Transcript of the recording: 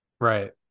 Right